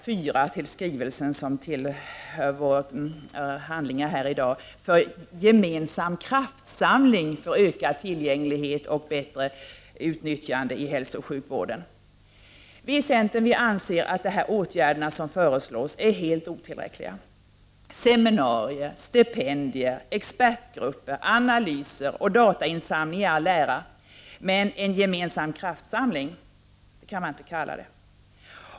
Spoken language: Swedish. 4 till den skrivelse som vi nu behandlar för en gemensam kraftsamling för ökad tillgänglighet och bättre utnyttjande i hälsooch sjukvården. Vi i centern anser att de åtgärder som föreslås är helt otillräckliga. Seminarier, stipendier, expertgrupper, analyser och datainsamling i all ära, men en gemensam kraftsamling kan man inte kalla det.